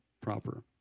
proper